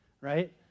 right